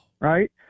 right